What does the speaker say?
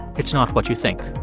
it's not what you think